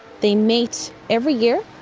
they mate every year.